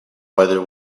whether